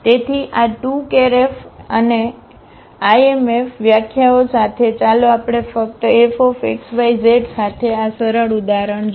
તેથી આ 2 Ker F અને Im F વ્યાખ્યાઓ સાથે ચાલો આપણે ફક્ત F x y z સાથે આ સરળ ઉદાહરણ જોઈએ